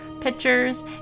pictures